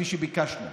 כפי שביקשנו.